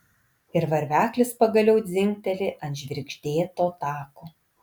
ir varveklis pagaliau dzingteli ant žvirgždėto tako